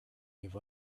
give